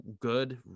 good